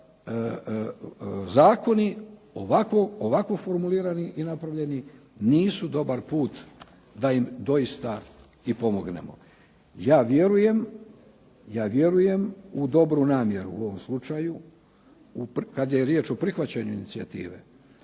zakoni ovako formulirani i napravljeni nisu dobar put da im doista i pomognemo. Ja vjerujem u dobru namjeru u ovom slučaju kad je riječ o prihvaćanju inicijative